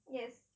yes